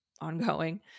ongoing